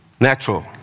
natural